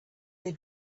they